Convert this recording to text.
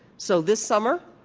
so this summer,